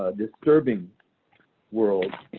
disturbing worlds.